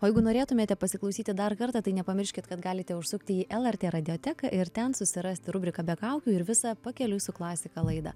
o jeigu norėtumėte pasiklausyti dar kartą tai nepamirškit kad galite užsukti į lrt radioteką ir ten susirasti rubriką be kaukių ir visą pakeliui su klasika laidą